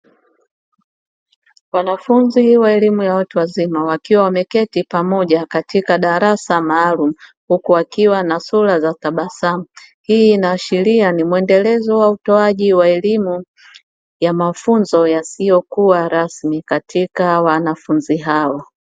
Wanafunzi wa elimu ya watu wazima wakiwa wameketi pamoja katika darasa maalumu, huku wakiwa wanasura za tabasamu, hii inaashiria ni uendelezo wa utoaji wa elimu ya mafunzo yasiyokuwa rasmi katika wanafunzi hawa.